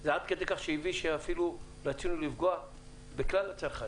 וזה עד כדי כך שאפילו רצינו לפגוע בכלל הצרכנים.